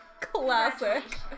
Classic